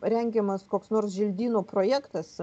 rengiamas koks nors želdynų projektas